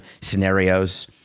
scenarios